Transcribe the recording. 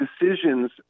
decisions